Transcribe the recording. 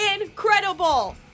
incredible